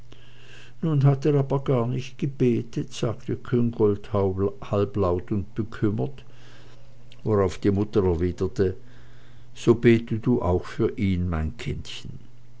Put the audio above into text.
nun hat er aber gar nicht gebetet sagte küngolt halblaut und bekümmert worauf die mutter erwiderte so bete du auch für ihn mein kindchen